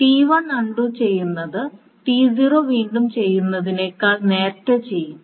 T 1 undo ചെയ്യുന്നത് T 0 വീണ്ടും ചെയ്യുന്നതിനേക്കാൾ നേരത്തെ ചെയ്യും